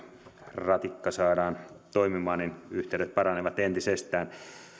ratikka saadaan toimimaan yhteydet paranevat entisestään